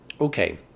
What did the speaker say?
Okay